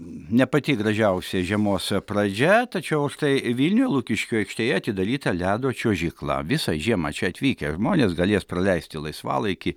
ne pati gražiausia žiemos pradžia tačiau štai vilniuj lukiškių aikštėje atidaryta ledo čiuožykla visą žiemą čia atvykę žmonės galės praleisti laisvalaikį